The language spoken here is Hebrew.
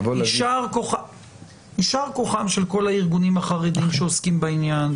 לבוא ולהגיד --- יישר כוחם של כל הארגונים החרדיים שעוסקים בעניין,